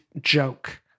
joke